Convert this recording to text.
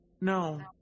No